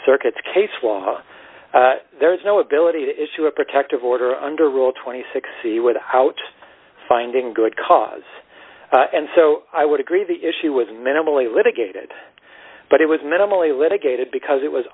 circuit's case was there is no ability to issue a protective order under rule twenty six dollars c without finding good cause and so i would agree the issue was minimally litigated but it was minimally litigated because it was